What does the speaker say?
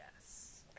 yes